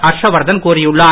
ஹர்ஷ்வர்தன் கூறியுள்ளார்